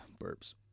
burps